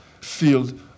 field